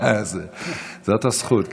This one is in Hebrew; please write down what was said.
זאת הזכות.